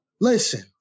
listen